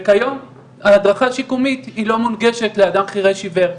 וכיום ההדרכה השיקומית היא לא נדרשת לאדם חירש עיוור.